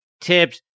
tips